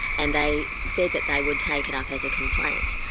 and they said that they would take it up as a complaint.